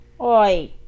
Oi